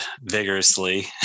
vigorously